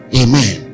amen